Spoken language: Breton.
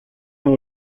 emañ